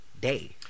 day